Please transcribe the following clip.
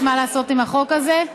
מה לעשות עם החוק הזה.